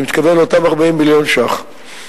אני מתכוון לאותם 40 מיליון שקל,